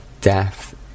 death